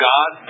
God